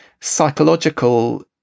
psychological